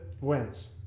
wins